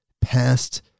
past